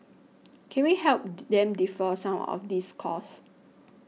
can we help them defer some of these costs